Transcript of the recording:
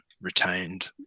retained